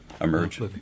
emerge